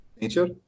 Nature